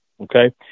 okay